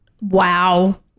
Wow